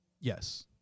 Yes